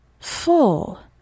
full